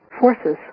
forces